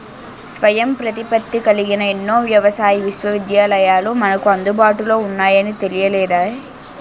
స్వయం ప్రతిపత్తి కలిగిన ఎన్నో వ్యవసాయ విశ్వవిద్యాలయాలు మనకు అందుబాటులో ఉన్నాయని తెలియలేదే